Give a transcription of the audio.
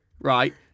right